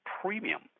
premium